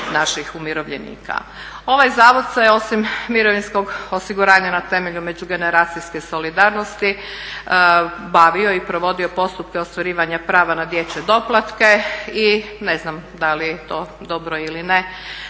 naših umirovljenika. Ovaj zavod se osim mirovinskog osiguranja na temelju međugeneracijske solidarnosti bavio i provodio postupke ostvarivanja prava na dječje doplatke i ne znam da li je to dobro ili ne